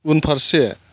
उनफारसे